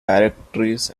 directories